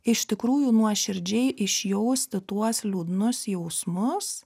iš tikrųjų nuoširdžiai išjausti tuos liūdnus jausmus